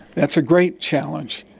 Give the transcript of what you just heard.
that's a great challenge,